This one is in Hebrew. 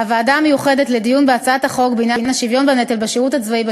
הוועדה המיוחדת לדיון בהצעת החוק בעניין השוויון בנטל בשירות הצבאי,